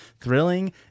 thrilling